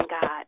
God